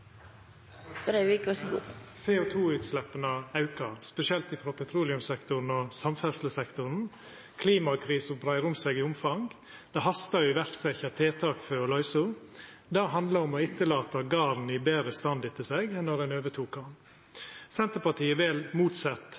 aukar, spesielt frå petroleumssektoren og samferdslesektoren. Klimakrisa brer om seg i omfang, det hastar å setja i verk tiltak for å løyse ho. Det handlar om å lata etter seg garden i betre stand enn då ein overtok han. Senterpartiet vel